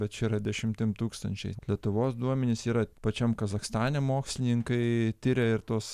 bet čia yra dešimtim tūkstančiai lietuvos duomenys yra pačiam kazachstane mokslininkai tiria ir tuos